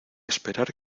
esperar